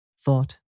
thought